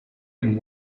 and